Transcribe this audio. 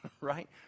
right